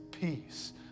peace